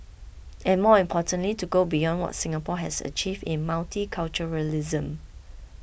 and more importantly to go beyond what Singapore has achieved in multiculturalism